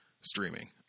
streaming